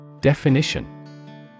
Definition